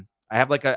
i have like a,